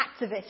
activist